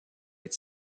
être